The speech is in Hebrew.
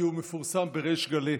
כי הוא מפורסם בריש גלי: